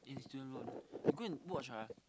in student loan you go and watch ah